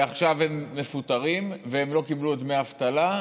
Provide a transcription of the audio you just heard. עכשיו הם מפוטרים והם לא קיבלו דמי אבטלה,